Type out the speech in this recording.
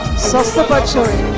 system that sort of